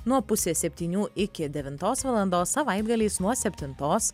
nuo pusės septynių iki devintos valandos savaitgaliais nuo septintos